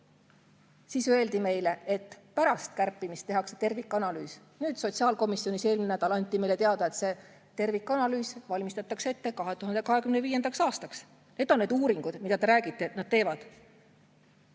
siis öeldi meile, et pärast kärpimist tehakse tervikanalüüs. Sotsiaalkomisjonis eelmine nädal anti meile teada, et see tervikanalüüs valmistatakse ette 2025. aastaks. Need on need uuringud, millest te räägite, et nad teevad.